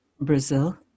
Brazil